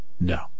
No